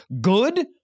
Good